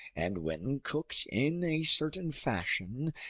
and when cooked in a certain fashion,